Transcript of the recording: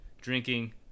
drinking